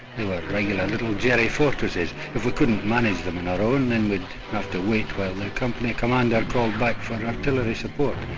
they were regular little jerry fortresses. if we couldn't manage them on and our own, then we'd have to wait while the company commander called back for artillery support.